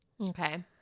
Okay